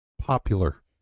popular